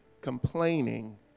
complaining